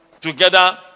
together